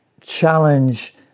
challenge